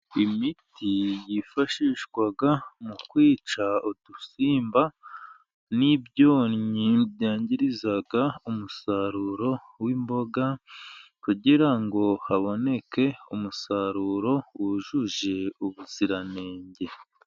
Imiti yifashishwa mu kwica udusimba n'ibyonnyi byangiza umusaruro w'imboga, kugira ngo haboneke umusaruro wujuje ubuziranenge.